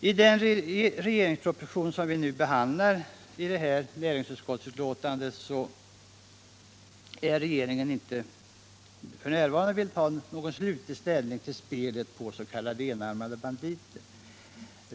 I den proposition som behandlas i detta betänkande från näringsutskottet vill regeringen f.n. inte ta slutlig ställning till spelet på s.k. enarmade banditer.